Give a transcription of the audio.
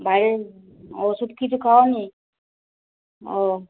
বাইরের ওষুধ কিছু খাওনি ও